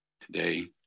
today